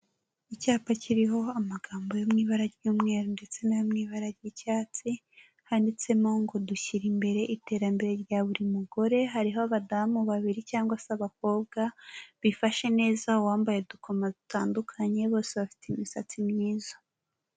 Icyapa kiriho amagambo yo mu ibara ry'umweru ndetse n'ayo mu ibara ry'icyatsi, handitsemo ngo dushyira imbere iterambere rya buri mugore, hariho abadamu babiri cyangwa se abakobwa bifashe neza, bambaye udukomo dutandukanye, bose bafite imisatsi myiza.